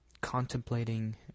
contemplating